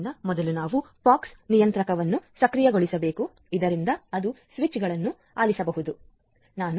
ಆದ್ದರಿಂದ ಮೊದಲು ನಾವು POX ನಿಯಂತ್ರಕವನ್ನು ಸಕ್ರಿಯಗೊಳಿಸಬೇಕು ಇದರಿಂದ ಅದು ಸ್ವಿಚ್ಗಳನ್ನು ಆಲಿಸಬಹುದು